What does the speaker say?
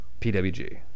PWG